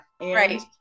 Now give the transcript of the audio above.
right